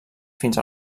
fins